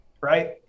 right